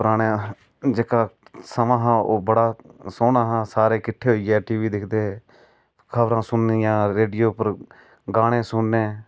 जेह्का समां हा ओह् बढ़ा सोना हा सारे इक्कठे होईये खबरां सुननिआं गाने सुनने